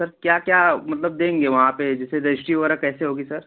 sir क्या क्या मतलब देंगे वहाँ पर जैसे रजिस्ट्री वग़ैरह कैसे होगी सर